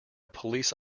police